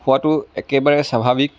হোৱাটো একেবাৰে স্বাভাৱিক